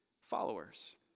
followers